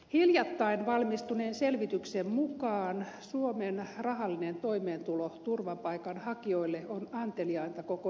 hiljattain valmistuneen selvityksen mukaan rahallinen toimeentulo turvapaikanhakijoille suomessa on anteliainta koko euroopassa